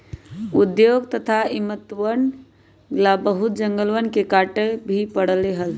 उद्योग तथा इमरतवन ला बहुत जंगलवन के काटे भी पड़ले हल